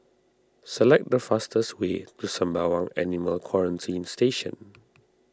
select the fastest way to Sembawang Animal Quarantine Station